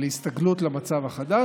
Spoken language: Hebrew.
ולהסתגלות למצב החדש.